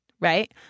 right